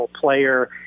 player